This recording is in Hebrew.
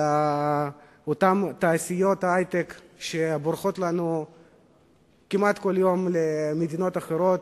על אותן תעשיות היי-טק שבורחות לנו כמעט כל יום למדינות אחרות,